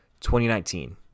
2019